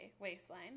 waistline